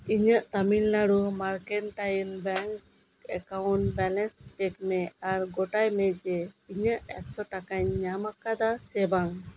ᱤᱧᱟᱹᱜ Tamil Nadu mercantile bank account balance check ᱢᱮ ᱟᱨ ᱜᱚᱴᱟᱭ ᱢᱮ ᱡᱮ ᱤᱧᱟᱹᱜ ᱮᱠᱥᱚ ᱴᱟᱠᱟᱧ ᱧᱟᱢ ᱟᱠᱟᱫᱟ ᱥᱮ ᱵᱟᱝ